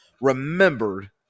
remembered